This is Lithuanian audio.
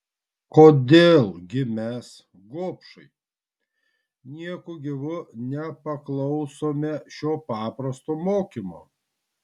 kodėl gi mes gobšai nieku gyvu nepaklausome šio paprasto mokymo